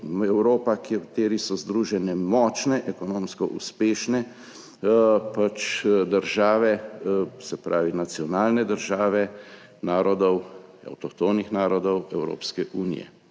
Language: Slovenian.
Evropo, v kateri so združene močne, ekonomsko uspešne države, se pravi nacionalne države avtohtonih narodov Evropske unije.